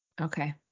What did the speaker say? Okay